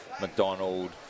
McDonald